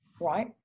right